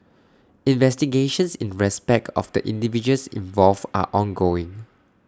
investigations in respect of the individuals involved are ongoing